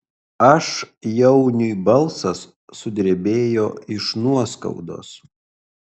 aš jauniui balsas sudrebėjo iš nuoskaudos